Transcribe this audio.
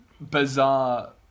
bizarre